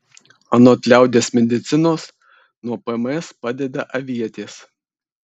anot liaudies medicinos nuo pms padeda avietės